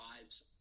lives